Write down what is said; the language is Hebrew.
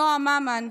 נעם ממן,